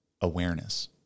awareness